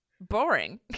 boring